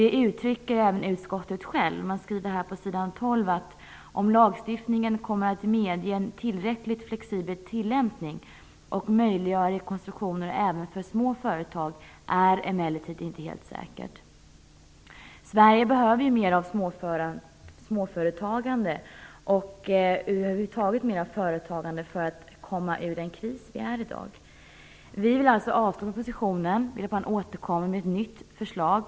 Detta uttrycker även utskottet, som på s. 12 i betänkandet skriver: "Om lagstiftningen kommer att medge en tillräckligt flexibel tillämpning och möjliggöra rekonstruktioner även för små företag är emellertid inte helt säkert." Sverige behöver mer av småföretagande och föratagande över huvud taget för att komma ur den kris vi har i dag. Vi vill avslå propositionen och be att man återkommer med ett nytt förslag.